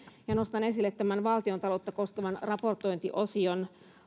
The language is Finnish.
nostan esille tämän valtiontaloutta koskevan raportointiosion